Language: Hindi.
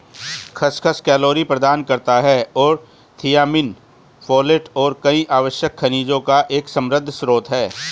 खसखस कैलोरी प्रदान करता है और थियामिन, फोलेट और कई आवश्यक खनिजों का एक समृद्ध स्रोत है